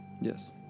Yes